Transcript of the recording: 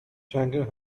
tangier